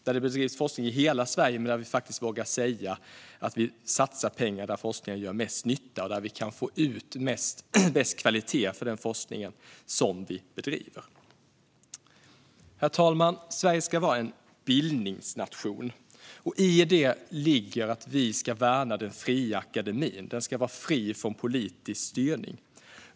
Det bedrivs forskning i hela Sverige, men vi måste våga säga att vi satsar pengar där forskningen gör mest nytta och där vi kan få ut den bästa kvaliteten på den forskning som vi bedriver. Herr talman! Sverige ska vara en bildningsnation. I det ligger att vi ska värna den fria akademin. Den ska vara fri från politisk styrning.